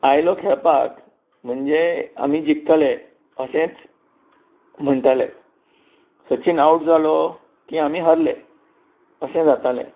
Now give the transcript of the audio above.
आयलो खेळपाक म्हणजे आमी जिकतले अशेंच म्हणटाले सचिन आवट जालो की आमी हरले अशें जातालें